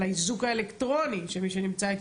על האיזוק האלקטרוני שמי שנמצא איתי